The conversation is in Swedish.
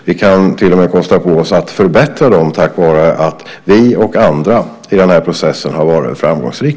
Vi kan till och med kosta på oss att förbättra dem tack vare att vi och andra har varit framgångsrika i den här processen.